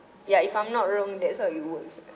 yeah if I'm not wrong that's how it works ah